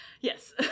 Yes